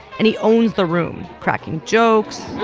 and he owns the room, cracking jokes.